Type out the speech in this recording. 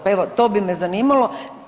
Pa evo, to bi me zanimalo.